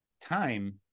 Time